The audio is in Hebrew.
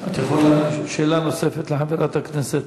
שאלה נוספת לחברת הכנסת